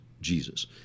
Jesus